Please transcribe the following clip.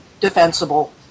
defensible